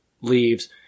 leaves